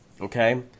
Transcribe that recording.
okay